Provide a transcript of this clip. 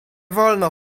wolno